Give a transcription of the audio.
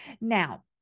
Now